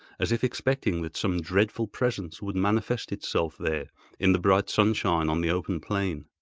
as if expecting that some dreadful presence would manifest itself there in the bright sunshine on the open plain.